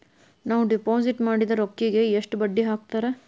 ನಾವು ಡಿಪಾಸಿಟ್ ಮಾಡಿದ ರೊಕ್ಕಿಗೆ ಎಷ್ಟು ಬಡ್ಡಿ ಹಾಕ್ತಾರಾ?